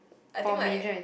I think like